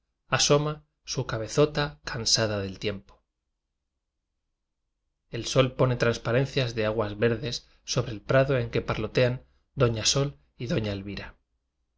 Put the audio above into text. asoma su cabezo ta cansada del tiempo el sol pone transparencias de aguas ver des sobre el prado en que parlotearon doña sol y doña elvira